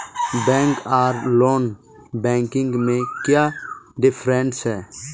Bank आर non banking में क्याँ डिफरेंस है?